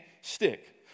stick